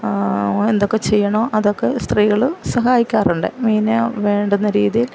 എന്തൊക്കെ ചെയ്യണോ അതൊക്കെ സ്ത്രീകള് സഹായിക്കാറുണ്ട് മീന് വേണ്ടുന്ന രീതിയിൽ